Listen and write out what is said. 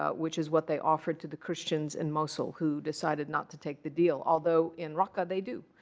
ah which is what they offer to the christians in mosul, who decided not to take the deal. although, in raqqa, they do.